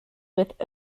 with